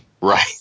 Right